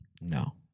No